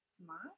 tomorrow